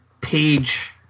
page